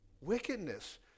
wickedness